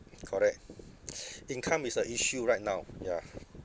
correct income is the issue right now ya